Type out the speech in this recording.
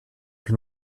can